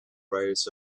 brightness